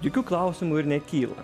jokių klausimų ir nekyla